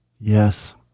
Yes